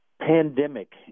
pandemic